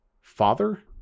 father